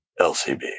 LCB